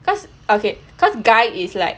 cause okay cause guy is like